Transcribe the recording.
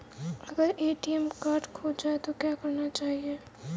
अगर ATM card खो जाए तो क्या करना चाहिए?